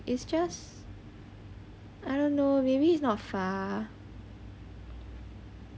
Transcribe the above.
it's just I don't know maybe it's not far